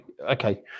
Okay